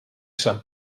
sant